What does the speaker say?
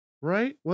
right